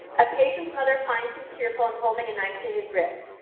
a patient's mother finds him tearful and holding a knife to his wrist.